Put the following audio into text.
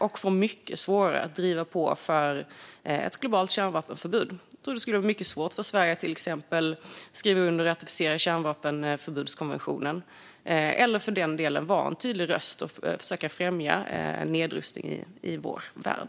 Vi får mycket svårare att driva på för ett globalt kärnvapenförbud. Jag tror att det skulle vara mycket svårt för Sverige att till exempel skriva under och ratificera kärnvapenförbudskonventionen eller för den delen vara en tydlig röst för att försöka främja nedrustning i vår värld.